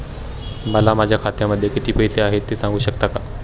मला माझ्या खात्यामध्ये किती पैसे आहेत ते सांगू शकता का?